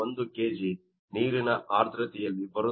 01 kg ನೀರಿನ ಆರ್ದ್ರತೆಯಲ್ಲಿ ಬರುತ್ತಿದೆ